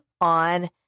on